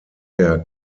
der